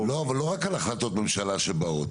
אבל לא רק על החלטות ממשלה שבאות.